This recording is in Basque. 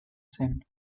zen